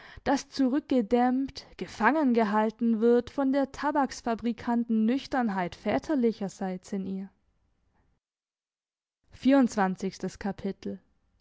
das zurückgedämmt gefangen gehalten wird von der tabaksfabrikantennüchternheit väterlicherseits in ihr